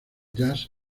jazz